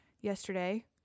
yesterday